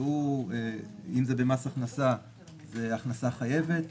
שאם זה במס הכנסה זו הכנסה חייבת,